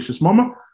Mama